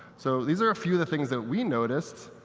so these are a few of the things that we noticed